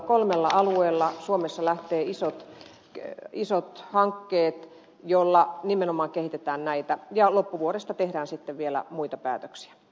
kolmella alueella suomessa lähtee käyntiin isot hankkeet joilla nimenomaan kehitetään näitä ja loppuvuodesta tehdään sitten vielä muita päätöksiä